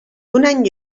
donant